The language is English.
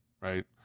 right